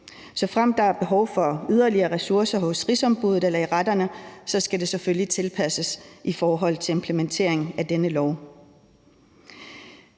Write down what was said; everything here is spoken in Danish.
Såfremt der er behov for yderligere ressourcer hos Rigsombuddet eller i retterne, skal det selvfølgelig tilpasses i forhold til implementeringen af denne lov.